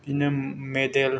बिदिनो मेदेल